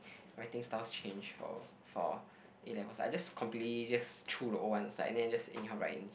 my writing style change for for A-levels I just completely just threw the O one aside and then I just anyhow write in